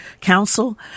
council